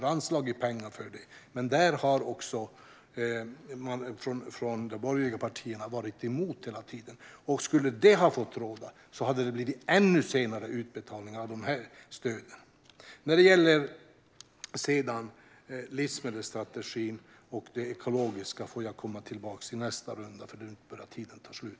Vi har anslagit pengar för det, men där har de borgerliga partierna hela tiden varit emot. Skulle de ha fått råda hade det blivit ännu senare utbetalningar av stöden. När det gäller livsmedelsstrategin och det ekologiska får jag komma tillbaka i nästa runda, för nu börjar tiden ta slut.